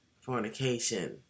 fornication